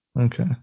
Okay